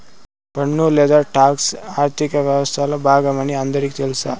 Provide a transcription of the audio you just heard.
పన్ను లేదా టాక్స్ ఆర్థిక వ్యవస్తలో బాగమని అందరికీ తెల్స